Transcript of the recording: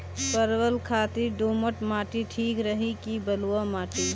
परवल खातिर दोमट माटी ठीक रही कि बलुआ माटी?